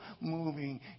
moving